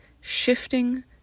shifting